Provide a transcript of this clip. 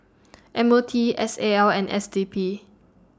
M O T S A L and S D P